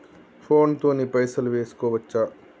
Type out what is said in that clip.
Phone తోని పైసలు వేసుకోవచ్చా?